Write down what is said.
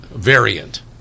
Variant